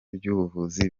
by’ubuvuzi